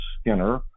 Skinner